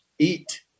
Eat